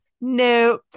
No